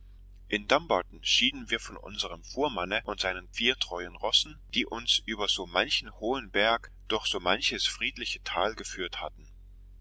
in dumbarton schieden wir von unserem fuhrmanne und seinen vier treuen rossen die uns über so manchen hohen berg durch so manches friedliche tal geführt hatten